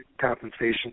compensation